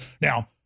Now